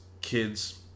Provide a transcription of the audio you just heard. kids